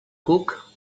cuc